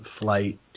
flight